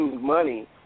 Money